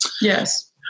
Yes